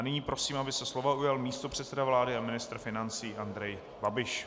Nyní prosím, aby se slova ujal místopředseda vlády a ministr financí Andrej Babiš.